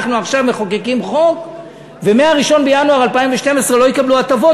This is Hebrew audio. אנחנו עכשיו מחוקקים חוק ומ-1 בינואר 2012 לא יקבלו הטבות,